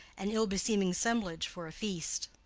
an ill-beseeming semblance for a feast.